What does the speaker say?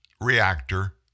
reactor